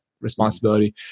responsibility